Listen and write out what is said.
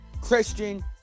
Christian